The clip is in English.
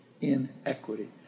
inequity